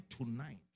tonight